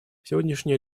сегодняшнее